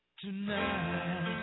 Tonight